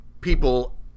people